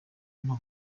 nto